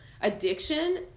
addiction